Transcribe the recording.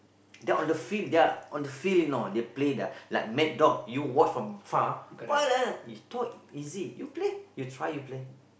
that on the field they're on the field you know they play their like mad dog you watch from far ah what lah you thought easy you play you try you play